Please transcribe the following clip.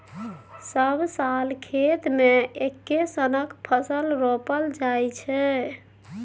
सब साल खेत मे एक्के सनक फसल रोपल जाइ छै